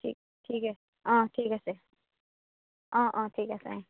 ঠিক ঠিক হে অঁ ঠিক আছে অঁ অঁ ঠিক আছে অঁ